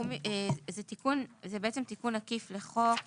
זה תיקון עקיף לחוק